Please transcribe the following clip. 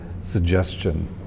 suggestion